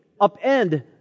upend